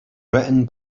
written